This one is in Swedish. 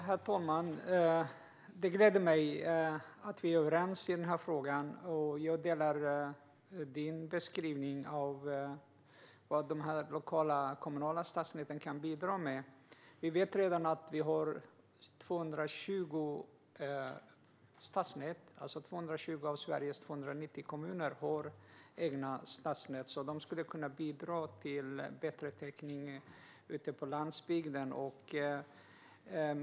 Herr talman! Det gläder mig att vi är överens i den här frågan. Jag delar din beskrivning av vad de lokala, kommunala stadsnäten kan bidra med, Peter Eriksson. Vi vet redan att 220 av Sveriges 290 kommuner har egna stadsnät som skulle kunna bidra till bättre täckning ute på landsbygden.